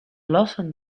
lossen